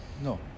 No